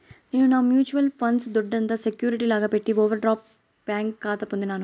నేను నా mutual funds దొడ్డంత సెక్యూరిటీ లాగా పెట్టి ఓవర్ డ్రాఫ్ట్ బ్యాంకి కాతా పొందినాను